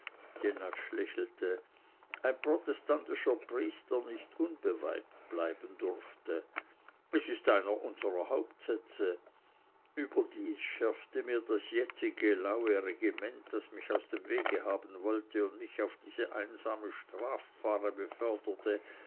lächelte ein protestantischer priester nicht unbeweibt bleiben durfte es ist einer unserer hauptsätze überdies schärfte mir das jetzige laue regiment das mich aus dem wege haben wollte und mich auf diese einsame strafpfarre beförderte